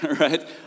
right